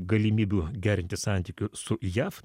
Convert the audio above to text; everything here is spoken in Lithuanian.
galimybių gerinti santykių su jav